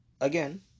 Again